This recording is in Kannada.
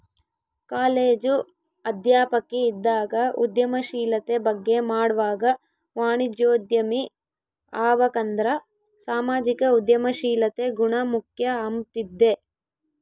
ಕಾಲೇಜು ಅಧ್ಯಾಪಕಿ ಇದ್ದಾಗ ಉದ್ಯಮಶೀಲತೆ ಬಗ್ಗೆ ಮಾಡ್ವಾಗ ವಾಣಿಜ್ಯೋದ್ಯಮಿ ಆಬಕಂದ್ರ ಸಾಮಾಜಿಕ ಉದ್ಯಮಶೀಲತೆ ಗುಣ ಮುಖ್ಯ ಅಂಬ್ತಿದ್ದೆ